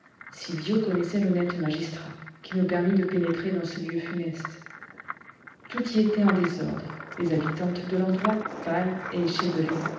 sylvio connaissait l'honnête magistrat qui nous permit de pénétrer dans ce lieu funeste tout y était en désordre les habitantes de l'endroit pâles et échevelées